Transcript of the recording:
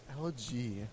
LG